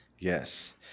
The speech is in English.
Yes